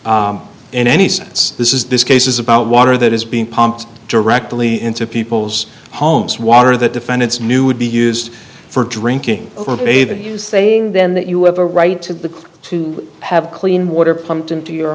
about in any sense this is this case is about water that is being pumped directly into people's homes water that defendants new would be used for drinking a that is saying then that you have a right to to have clean water pumped into your